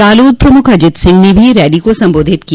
रालोद प्रमुख अजित सिंह ने भी रैली को संबोधित किया